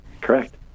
Correct